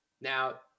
Now